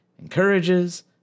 encourages